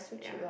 yeah